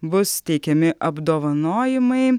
bus teikiami apdovanojimai